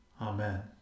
Amen